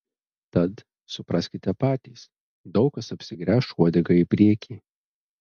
tad supraskite patys daug kas apsigręš uodega į priekį